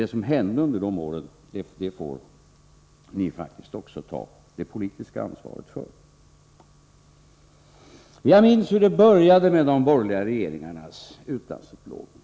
Det som hände under de åren får ni faktiskt också ta det politiska ansvaret för. Jag minns hur det började med de borgerliga regeringarnas utlandsupplåning.